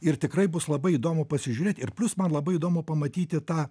ir tikrai bus labai įdomu pasižiūrėt ir plius man labai įdomu pamatyti tą